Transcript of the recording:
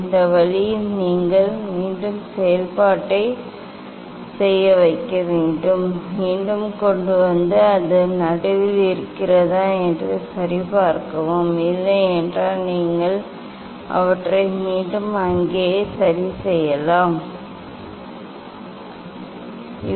இந்த வழியில் நீங்கள் மீண்டும் செயல்பாட்டை மீண்டும் செய்கிறீர்கள் மீண்டும் கொண்டு வந்து அது நடுவில் இருக்கிறதா என்று சரிபார்க்கவும் இல்லையென்றால் நீங்கள் அவற்றை மீண்டும் அங்கேயே சரிசெய்யலாம் ஒரு இரண்டு மூன்று முறை நீங்கள் முயற்சி செய்து நடுவில் வைக்கலாம்